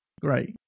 Great